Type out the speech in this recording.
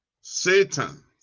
Satan